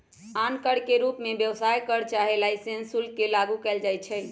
आन कर के रूप में व्यवसाय कर चाहे लाइसेंस शुल्क के लागू कएल जाइछै